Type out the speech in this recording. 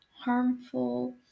harmful